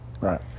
Right